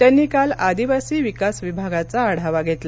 त्यांनी काल आदिवासी विकास विभागाचा आढावा घेतला